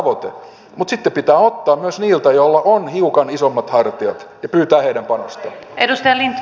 mutta sitten pitää ottaa myös niiltä joilla on hiukan isommat hartiat ja pyytää heidän panostaan